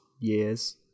years